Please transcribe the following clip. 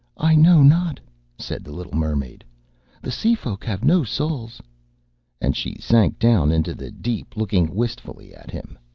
i know not said the little mermaid the sea-folk have no souls and she sank down into the deep, looking wistfully at him.